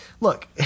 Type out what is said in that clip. look